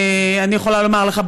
אני יכולה לומר לך,